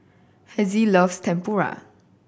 Hezzie loves Tempura